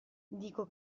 dico